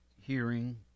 hearing